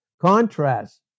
Contrast